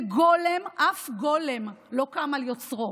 ואף גולם לא קם על יוצרו,